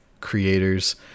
creators